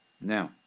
Now